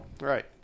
Right